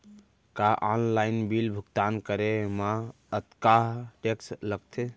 का online bill भुगतान करे मा अक्तहा टेक्स लगथे?